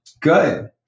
good